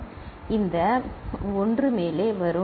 எனவே இந்த 1 மேலே வரும்